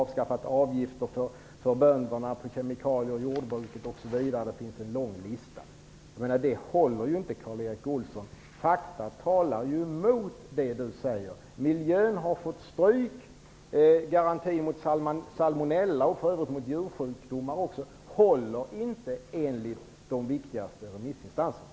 Böndernas avgifter för användning av kemikalier i jordbruket har avskaffats. Listan kan göras lång. Detta håller inte, Karl Erik Olsson. Fakta talar emot det Karl Erik Olsson säger. Miljön har fått stryk. Garantin mot salmonella och för övrigt även mot djursjukdomar håller inte enligt de viktigaste remissinstanserna.